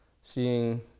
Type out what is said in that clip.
seeing